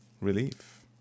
Relief